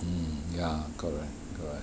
mm ya correct correct